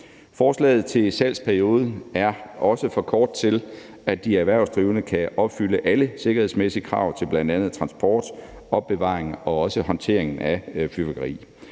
forslaget er også for kort til, at de erhvervsdrivende kan opfylde alle de sikkerhedsmæssige krav til bl.a. transport, opbevaring og også håndteringen af fyrværkeri.